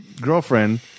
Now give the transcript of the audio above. girlfriend